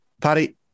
Paddy